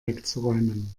wegzuräumen